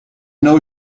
know